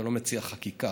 אתה לא מציע חקיקה,